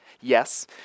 Yes